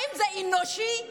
האם זה אנושי באמת?